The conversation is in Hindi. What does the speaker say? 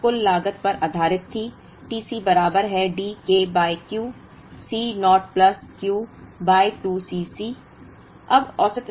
यह गणना कुल लागत पर आधारित थी T c बराबर है D के by Q C naught plus Q by 2 Cc